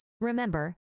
Remember